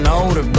older